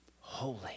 holy